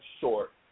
short